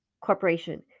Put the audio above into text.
Corporation